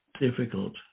difficult